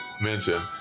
mention